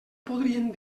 podrien